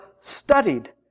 studied